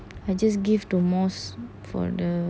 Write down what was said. I just give to mosque for the